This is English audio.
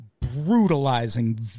brutalizing